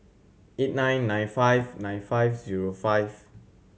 eight nine nine five nine five zero five